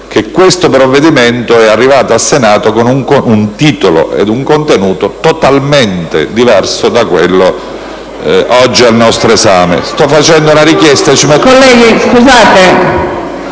che questo provvedimento è arrivato al Senato con un titolo e un contenuto totalmente diverso da quello oggi al nostro esame.